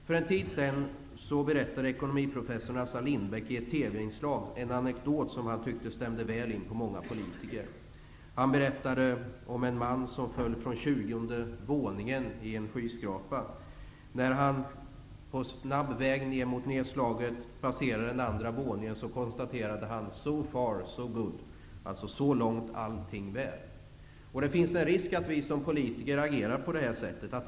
För en tid sedan berättade ekonomiprofessorn Assar Lindbeck i ett TV-inslag en anekdot som han tyckte stämde väl in på många politiker. Han berättade om en man som föll från tjugonde våningen i en skyskrapa. När han passerade andra våningen, snabbt på väg mot nedslaget, konstaterade han: So far so good -- så långt allting väl! Det finns en risk för att vi som politiker agerar på det här sättet.